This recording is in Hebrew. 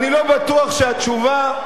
אני לא בטוח שהתשובה,